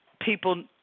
people